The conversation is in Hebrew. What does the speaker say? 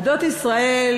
עדות ישראל,